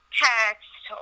text